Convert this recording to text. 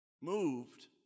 moved